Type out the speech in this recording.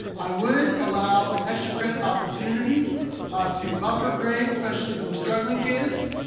i would allow an extra credit opportunity to buffer grades, especially for those struggling kids.